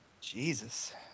Jesus